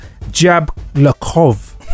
Jablakov